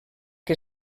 que